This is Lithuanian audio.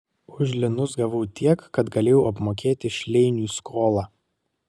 už linus gavau tiek kad galėjau apmokėti šleiniui skolą